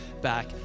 back